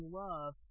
love